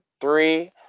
three